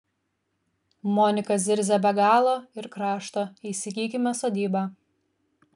monika zirzia be galo ir krašto įsigykime sodybą